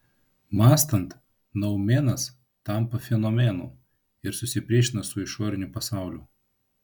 mąstant noumenas tampa fenomenu ir susipriešina su išoriniu pasauliu